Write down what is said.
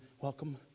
welcome